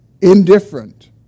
indifferent